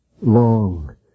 long